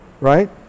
right